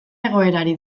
egoerari